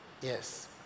yes